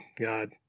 God